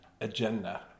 agenda